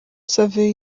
savio